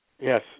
Yes